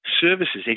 services